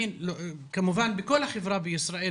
בכל החברה בישראל,